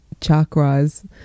chakras